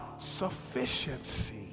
Sufficiency